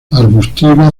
arbustiva